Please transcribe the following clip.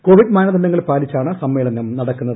Covid മാനദണ്ഡങ്ങൾ പാലിച്ചാണ് സമ്മേളനം നടക്കുന്നത്